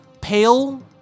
pale